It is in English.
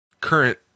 current